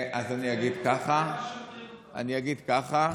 אז אני אגיד ככה, אני אגיד ככה,